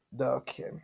okay